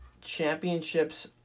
championships